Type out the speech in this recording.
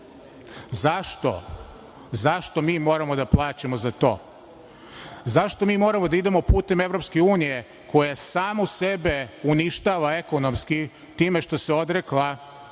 forum.Zašto? Zašto mi moramo da plaćamo za to? Zašto mi moramo da idemo putem EU koja samu sebe uništava ekonomski time što se odrekla